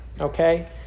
okay